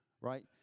Right